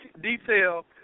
detail